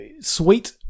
sweet